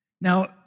Now